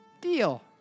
Deal